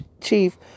chief